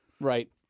right